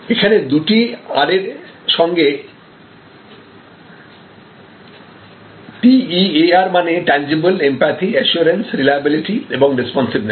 এখানে দুটো R এর সঙ্গে TEAR মানে টাঞ্জিবল এমপ্যাথিঅ্যাসিওরেন্সরিলাএবিলিটি এবং রেস্পন্সিভেনেস